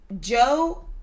Joe